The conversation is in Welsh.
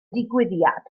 digwyddiad